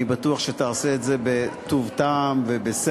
אני בטוח שאתה תעשה את זה בטוב טעם ובשכל,